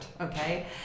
okay